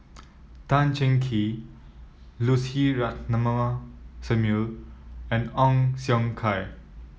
Tan Cheng Kee Lucy Ratnammah Samuel and Ong Siong Kai